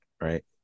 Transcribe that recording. Right